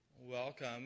Welcome